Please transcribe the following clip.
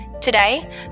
Today